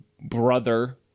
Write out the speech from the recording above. Brother